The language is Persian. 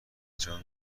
جان